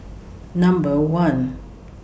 Number one